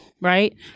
Right